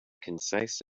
concise